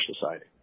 society